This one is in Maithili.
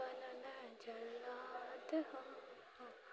बनऽ ना जल्लाद हो